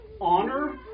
honor